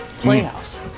Playhouse